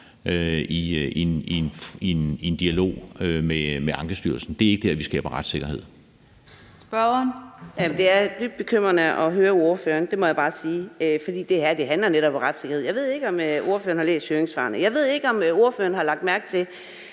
(Theresa Berg Andersen): Spørgeren. Kl. 09:29 Karina Adsbøl (DD): Det er dybt bekymrende at høre ordføreren. Det må jeg bare sige. For det her handler netop om retssikkerhed. Jeg ved ikke, om ordføreren har læst høringssvarene. Jeg ved ikke, om ordføreren har lagt mærke til,